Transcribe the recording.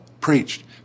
preached